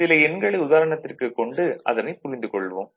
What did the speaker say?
சில எண்களை உதாரணத்திற்கு கொண்டு அதனைப் புரிந்து கொள்வோம்